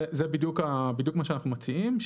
זה בדיוק מה שאנחנו מציעים.